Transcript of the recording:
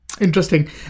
Interesting